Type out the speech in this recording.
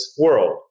world